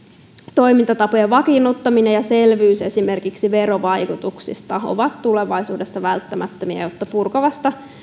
toimintatapojen vakiinnuttaminen ja selvyys esimerkiksi verovaikutuksista ovat tulevaisuudessa välttämättömiä jotta purkavasta